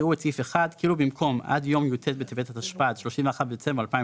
יקראו את סעיף 1 כאילו במקום "עד יום י"ט בטבת התשפ"ד (31 בדצמבר 2023)